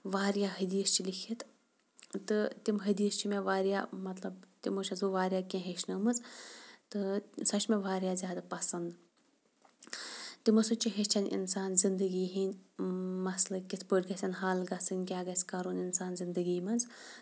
واریاہ حٔدیٖث چھِ لٮ۪کھِتھ تہٕ تِم حٔدیٖث چھِ مےٚ واریاہ مطلب تِمو چھَس بہٕ واریاہ کیٚنہہ ہٮ۪چھنٲومٕژ تہٕ سۄ چھِ مےٚ واریاہ زیادٕ پَسنٛد تِمو سۭتۍ چھِ ہٮ۪چھان اِنسان زِندگی ہنٛدۍ مَسلہٕ کِتھۍ پٲٹھۍ گژھن حَل گژھٕنۍ کیٛاہ گژھِ کَرُن اِںسان زِندگی منٛز